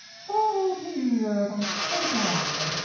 oh, dear. that's too bad.